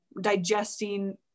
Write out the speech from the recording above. digesting